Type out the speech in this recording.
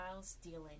stealing